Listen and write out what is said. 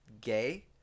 gay